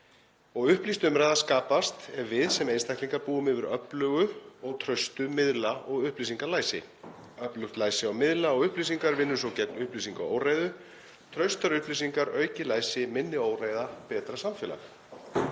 Upplýst umræða skapast ef við sem einstaklingar búum yfir öflugu og traustu miðla- og upplýsingalæsi. Öflugt læsi á miðla og upplýsingar vinnur svo gegn upplýsingaóreiðu — traustar upplýsingar, aukið læsi, minni óreiða, betra samfélag